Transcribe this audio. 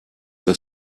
das